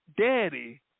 Daddy